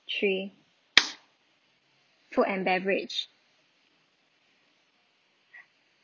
three food and beverage